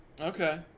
Okay